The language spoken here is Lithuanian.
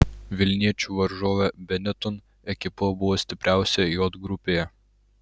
vilniečių varžovė benetton ekipa buvo stipriausia j grupėje